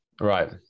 right